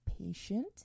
patient